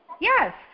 Yes